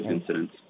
incidents